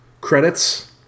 credits